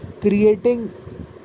creating